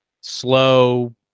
slow